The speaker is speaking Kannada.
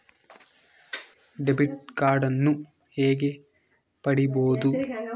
ಡೆಬಿಟ್ ಕಾರ್ಡನ್ನು ಹೇಗೆ ಪಡಿಬೋದು?